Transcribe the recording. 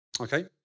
Okay